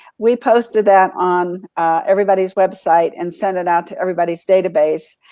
we posted that on everybody's website, and send it out to everybody's database.